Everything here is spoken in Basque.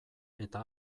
eta